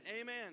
amen